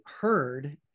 heard